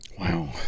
Wow